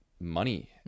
money